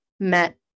met